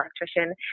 electrician